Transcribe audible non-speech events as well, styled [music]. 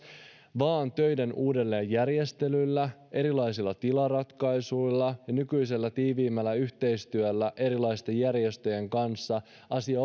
vaan töiden uudelleenjärjestelyllä erilaisilla tilaratkaisuilla ja nykyistä tiiviimmällä yhteistyöllä erilaisten järjestöjen kanssa asia [unintelligible]